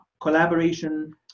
collaboration